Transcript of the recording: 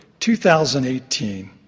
2018